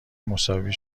مساوی